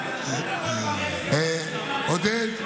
עודד,